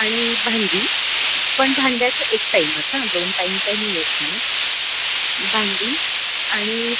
आणि भांडी पण भांड्याचं एक टाईमच हां दोन टाईम काय मी येत नाही भांडी आणि